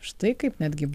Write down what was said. štai kaip netgi